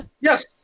Yes